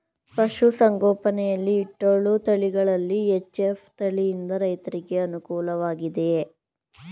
ಪಶು ಸಂಗೋಪನೆ ಯಲ್ಲಿ ಇಟ್ಟಳು ತಳಿಗಳಲ್ಲಿ ಎಚ್.ಎಫ್ ತಳಿ ಯಿಂದ ರೈತರಿಗೆ ಅನುಕೂಲ ವಾಗಿದೆಯೇ?